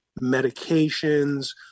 medications